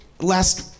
last